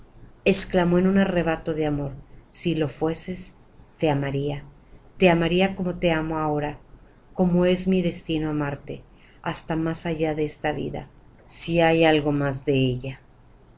exclamó en un arrebato de amor si lo fueses te amaría te amaría como te amo ahora como es mi destino amarte hasta más allá de esta vida si hay algo más allá de ella